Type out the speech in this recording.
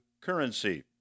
currency